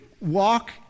Walk